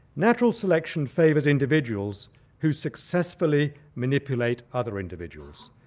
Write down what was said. natural selection favours individuals who successfully manipulate other individuals,